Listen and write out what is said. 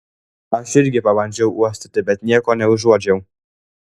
aš irgi pabandžiau uostyti bet nieko neužuodžiau